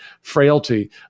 frailty